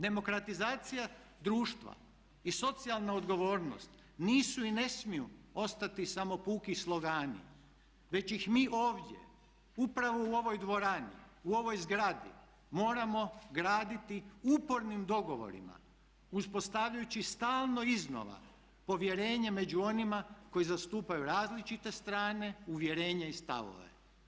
Demokratizacija društva i socijalna odgovornost nisu i ne smiju ostati samo puki slogani već ih mi ovdje upravo u ovoj dvorani, u ovoj zgradi moramo graditi upornim dogovorima uspostavljajući stalno iznova povjerenje među onima koji zastupaju različite strane, uvjerenja i stavove.